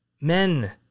men